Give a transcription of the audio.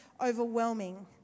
overwhelming